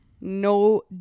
No